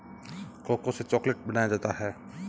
cocoa से chocolate बनाया जाता है